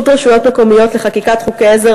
עידוד רשויות מקומיות לחוקק חוקי עזר